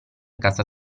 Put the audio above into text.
casa